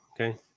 Okay